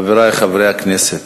חברי חברי הכנסת,